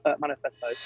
manifesto